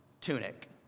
tunic